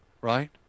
right